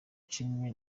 cumi